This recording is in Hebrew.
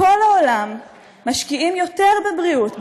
בכל העולם משקיעים יותר בבריאות,